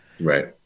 Right